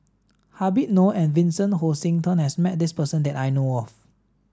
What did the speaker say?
Habib Noh and Vincent Hoisington has met this person that I know of